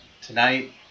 tonight